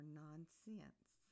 nonsense